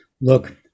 look